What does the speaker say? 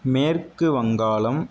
மேற்குவங்காளம்